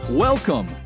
Welcome